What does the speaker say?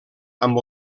amb